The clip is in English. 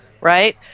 right